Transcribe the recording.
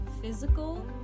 physical